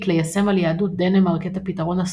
ליישם על יהדות דנמרק את הפתרון הסופי,